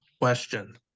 Question